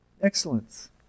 excellence